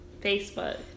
Facebook